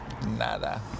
Nada